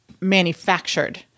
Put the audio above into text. manufactured